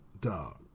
dog